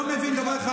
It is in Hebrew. אתה לא מבין דבר אחד,